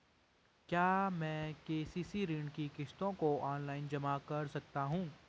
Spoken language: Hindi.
क्या मैं के.सी.सी ऋण की किश्तों को ऑनलाइन जमा कर सकता हूँ?